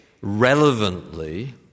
relevantly